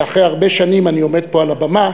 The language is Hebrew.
ואחרי הרבה שנים אני עומד פה על הבמה,